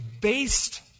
based